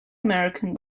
american